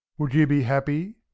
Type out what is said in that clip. would you be happy!